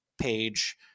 page